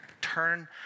turn